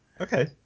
Okay